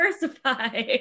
diversify